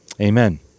Amen